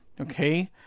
Okay